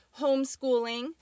homeschooling